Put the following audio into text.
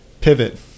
pivot